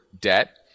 debt